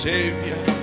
Savior